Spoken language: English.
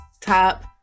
Top